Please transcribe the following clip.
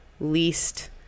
least